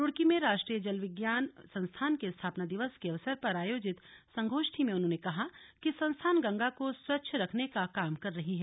रुड़की में राष्ट्रीय जलविज्ञान संस्थान के स्थापना दिवस के अवसर पर आयोजित संगोष्ठी में उन्होंने कहा कि संस्थान गंगा को स्वच्छ रखने का काम कर रही है